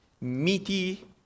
meaty